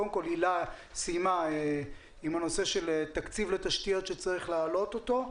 קודם כל הילה סיימה עם הנושא של תקציב לתשתיות שצריך להעלות אותו,